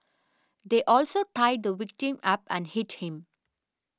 they also tied the victim up and hit him